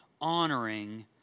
honoring